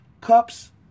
cups